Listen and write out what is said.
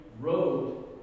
road